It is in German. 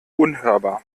unhörbar